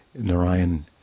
Narayan